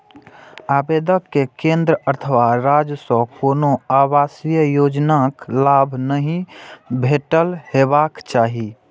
आवेदक कें केंद्र अथवा राज्य सं कोनो आवासीय योजनाक लाभ नहि भेटल हेबाक चाही